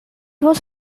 was